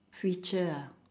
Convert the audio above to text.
feature ah